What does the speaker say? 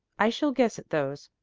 i shall guess at those.